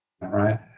right